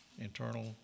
Internal